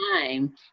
time